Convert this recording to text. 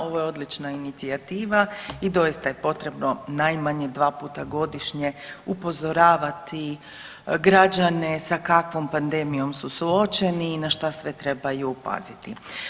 Ovo je odlična inicijativa i doista je potrebno najmanje 2 puta godišnje upozoravati građane sa kakvom pandemijom su suočeni i na što sve trebaju paziti.